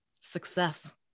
Success